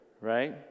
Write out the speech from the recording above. right